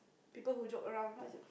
people who joke around what is it